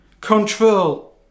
control